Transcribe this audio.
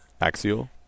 Axial